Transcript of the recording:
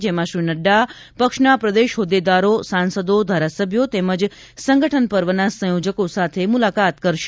જેમાં શ્રી નઙા પક્ષના પ્રદેશ હોદ્દેદારો સાંસદો ધારાસભ્યો તેમજ સંગઠન પર્વના સંયોજકો સાથે મુલાકાત કરશે